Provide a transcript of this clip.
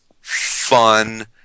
fun